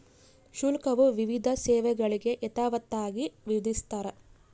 ಶುಲ್ಕವು ವಿವಿಧ ಸೇವೆಗಳಿಗೆ ಯಥಾವತ್ತಾಗಿ ವಿಧಿಸ್ತಾರ